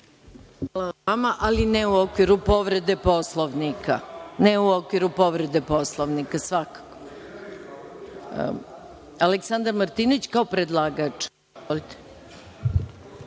Hvala i vama, ali ne u okviru povrede Poslovnika. Ne u okviru povrede Poslovnika svakako. Reč ima Aleksandar Martinović, kao predlagač.